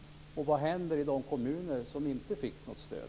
Och vad händer i de kommuner som inte fick något stöd?